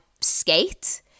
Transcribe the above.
skate